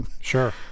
Sure